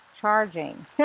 charging